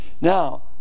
Now